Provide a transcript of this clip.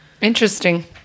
interesting